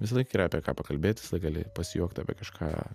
visąlaik yra apie ką pakalbėt gali pasijuokt apie kažką